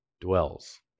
dwells